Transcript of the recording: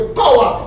power